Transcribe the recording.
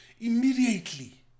immediately